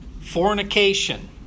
fornication